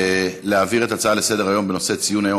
להעביר את ההצעה לסדר-היום בנושא ציון היום